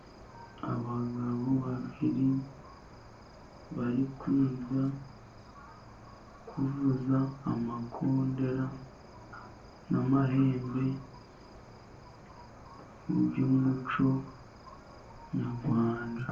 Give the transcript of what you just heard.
Abagabo babiri bari kwiga kuvuza amakondera n'amahembe by'umuco nyarwanda.